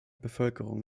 bevölkerung